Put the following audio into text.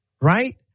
right